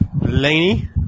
Lainey